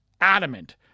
adamant